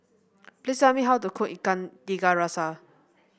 please tell me how to cook Ikan Tiga Rasa